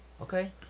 Okay